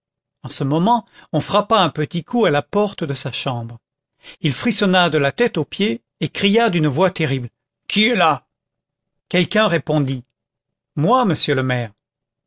en ce moment on frappa un petit coup à la porte de sa chambre il frissonna de la tête aux pieds et cria d'une voix terrible qui est là quelqu'un répondit moi monsieur le maire